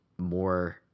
more